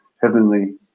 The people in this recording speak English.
heavenly